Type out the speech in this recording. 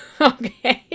Okay